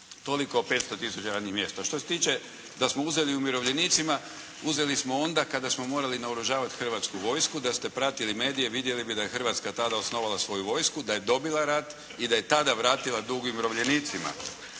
Toliko o 500 tisuća radnih mjesta. A što se tiče da smo uzeli umirovljenicima. Uzeli smo onda kada smo morali naoružavati hrvatsku vojsku. Da ste pratili medije vidjeli bi da je Hrvatska tada osnovala svoju vojsku, da je dobila rat i da je tada vratila dug umirovljenicima.